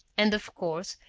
and of course,